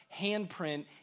handprint